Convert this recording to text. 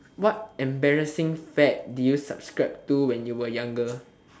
what embarrassing fad did you subscribe to when you were younger